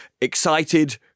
excited